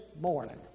morning